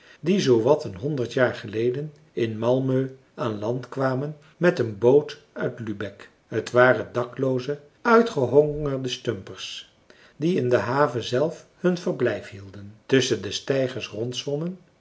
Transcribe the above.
die zoowat een honderd jaar geleden in malmö aan land kwamen met een boot uit lubeck t waren daklooze uitgehongerde stumpers die in de haven zelf hun verblijf hielden tusschen de steigers